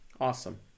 Awesome